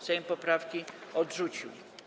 Sejm poprawki odrzucił.